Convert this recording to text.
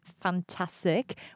fantastic